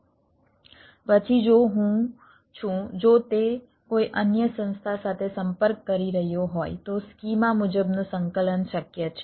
પછી જો હું છું જો તે કોઈ અન્ય સંસ્થા સાથે સંપર્ક કરી રહ્યો હોય તો સ્કીમા મુજબનું સંકલન શક્ય છે